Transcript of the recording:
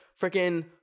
freaking